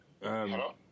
Hello